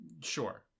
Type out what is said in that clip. sure